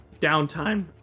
downtime